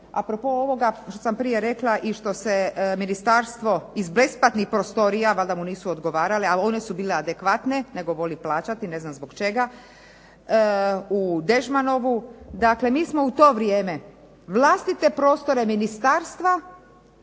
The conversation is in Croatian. propos ovoga što sam prije rekla i što se ministarstvo iz besplatnih prostorija, valjda mu nisu odgovarale, a one su bile adekvatne nego voli plaćati ne znam zbog čega, u Dežmanovu. Dakle, mi smo u to vrijeme vlastite prostore ministarstva